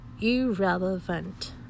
irrelevant